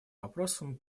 вопросам